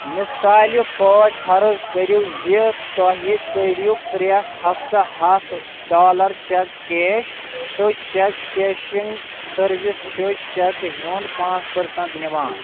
مِثالہِ پٲٹھۍ فرض کٔرِو زِ تۄہہِ كرِو پرٛیتھ ہفتہٕ ہَتھ ڈالر چٮ۪ک کیش ، تہٕ چٮ۪ک کیشنگ سروس چھُ چٮ۪کہِ ہُنٛد پانٛژھ پٔرسَنٹ نِوان